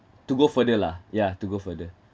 to go further lah yeah to go further